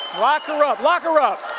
lock her up lock her up.